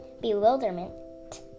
bewilderment